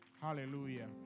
Hallelujah